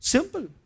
Simple